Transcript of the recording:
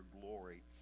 glory